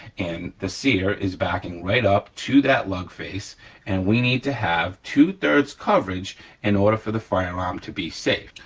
and the sear is backing right up to that lug face and we need to have two three coverage in order for the firearm to be safe.